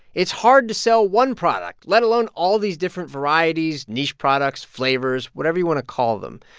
it's hard to sell one product, let alone all these different varieties niche products, flavors, whatever you want to call them.